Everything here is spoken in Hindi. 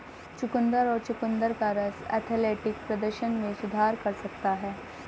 चुकंदर और चुकंदर का रस एथलेटिक प्रदर्शन में सुधार कर सकता है